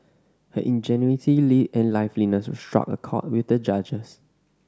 her ingenuity live and life struck a chord with the judges